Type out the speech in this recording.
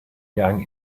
young